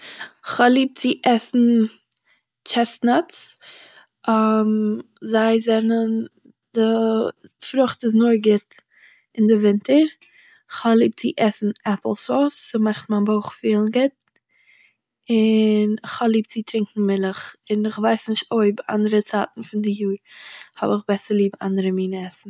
כ'האב ליב צו עסן טשעסט נאטס, זיי זענען- די פרוכט איז נאר גוט אין דער ווינטער. כ'האב ליב צו עסן עפל-סואס, ס'מאכט מיין בויך פילן גוט. און איך האב ליב צו טרינקען מילעך און איך ווייס נישט אויב אנדערע צייטן פון די יאר האב איך ליב אנדערע מיני עסן